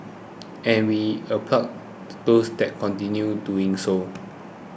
and we applaud those that continue doing so